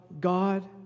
God